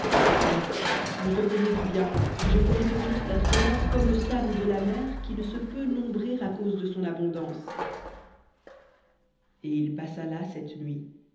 certes je te ferai du bien et je ferai devenir ta semence comme le sable de la mer qui ne se peut nombrer à cause de son abondance et il passa là cette nuit